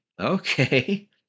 okay